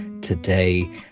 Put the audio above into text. today